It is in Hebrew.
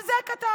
על זה כתבתי.